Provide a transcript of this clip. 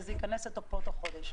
וזה ייכנס לתוקף תוך חודש.